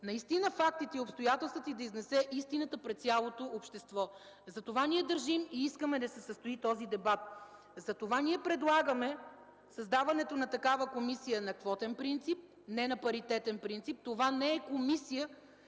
наистина фактите и обстоятелствата и да изнесе истината пред цялото общество. Затова ние държим и искаме да се състои този дебат. Затова ние предлагаме създаването на такава комисия на квотен принцип, а не на паритетен принцип. Това не е комисия,